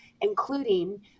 including